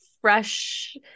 fresh